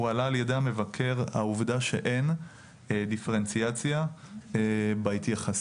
הועלתה על ידי המבקר העובדה שאין דיפרנציאציה בהתייחסות